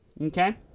okay